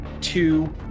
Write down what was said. two